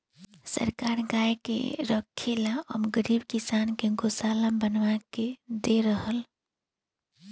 सरकार गाय के रखे ला अब गरीब किसान के गोशाला बनवा के दे रहल